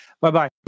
Bye-bye